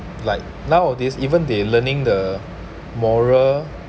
like nowadays even they learning the moral